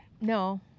No